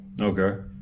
Okay